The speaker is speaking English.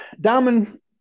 Diamond